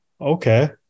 Okay